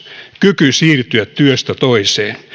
kyky siirtyä työstä toiseen